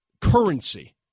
currency